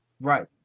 Right